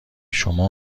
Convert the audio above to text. شما